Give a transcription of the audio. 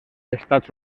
estats